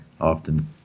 often